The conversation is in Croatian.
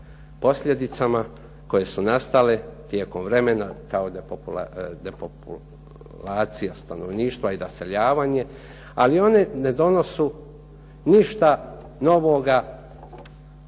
posljedicama koje su nastale tijekom vremena kao depopulacija stanovništva i raseljavanje. Ali one ne donosu ništa novoga